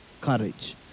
courage